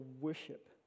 worship